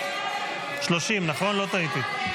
30, לא טעיתי.